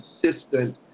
consistent